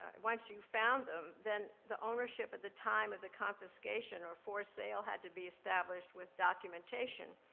once you found them, then the ownership at the time of the confiscation, or forced sale, had to be established with documentation.